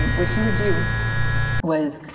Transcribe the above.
what he would do was